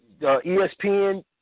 ESPN